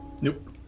nope